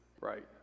Right